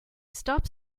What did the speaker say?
stop